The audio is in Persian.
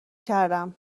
کردم